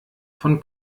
von